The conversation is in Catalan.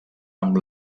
amb